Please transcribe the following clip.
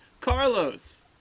Carlos